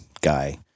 guy